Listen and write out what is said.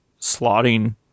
slotting